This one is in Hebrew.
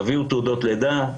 שנביא תעודות לידה,